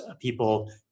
people